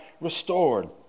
restored